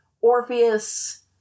orpheus